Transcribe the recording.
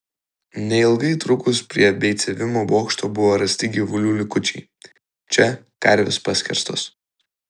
neilgai trukus prie beicavimo bokšto buvo rasti gyvulių likučiai čia karvės paskerstos